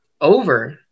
Over